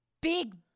big